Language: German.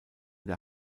der